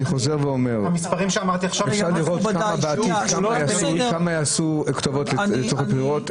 אני חוזר ואומר: אפשר לראות כמה יעשו בעתיד כתובות לצורכי בחירות,